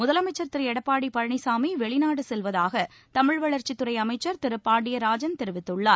முதலமைச்சர் திரு எடப்பாடி பழனிசாமி வெளிநாடு செல்வதாக தமிழ் வளர்ச்சித்துறை அமைச்சர் திரு பாண்டியராஜன் தெரிவித்துள்ளார்